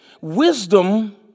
Wisdom